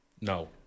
No